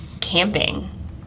camping